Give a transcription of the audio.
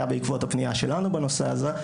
היה בעקבות הפנייה שלנו בנושא הזה.